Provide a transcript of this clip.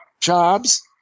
jobs